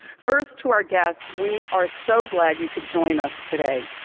first, to our guests, we are so glad you could join us today.